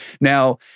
Now